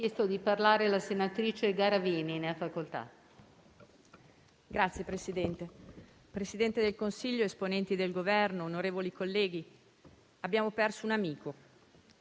Signor Presidente, Presidente del Consiglio, esponenti del Governo, onorevoli colleghi, abbiamo perso un amico,